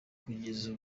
kugeza